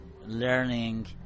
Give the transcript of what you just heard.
learning